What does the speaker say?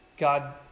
God